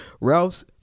Ralph's